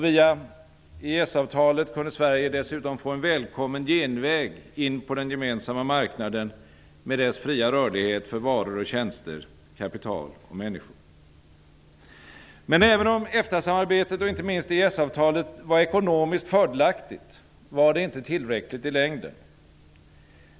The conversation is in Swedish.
Via EES avtalet kunde Sverige dessutom få en välkommen genväg in på den gemensamma marknaden med dess fria rörlighet för varor och tjänster, kapital och människor. Men även om EFTA-samarbetet och inte minst EES-avtalet var ekonomiskt fördelaktiga, var det inte tillräckligt i längden.